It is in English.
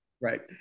right